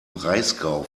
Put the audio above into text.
breisgau